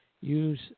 use